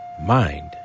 mind